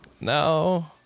No